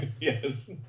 yes